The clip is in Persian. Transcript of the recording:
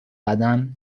بدن